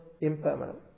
impermanent